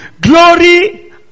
glory